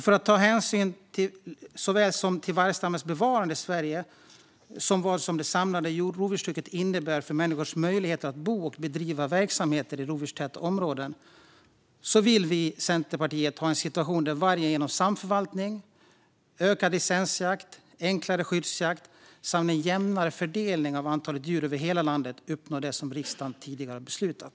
För att ta hänsyn till såväl vargstammens bevarande i Sverige som vad det samlade rovdjurstrycket innebär för människors möjligheter att bo och bedriva verksamheter i rovdjurstäta områden vill vi i Centerpartiet ha en situation där vi när det gäller vargen genom samförvaltning, ökad licensjakt, enklare skyddsjakt samt en jämnare fördelning av antalet djur över hela landet uppnår det som riksdagen tidigare har beslutat.